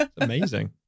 Amazing